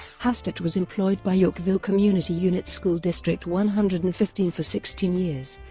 hastert was employed by yorkville community unit school district one hundred and fifteen for sixteen years,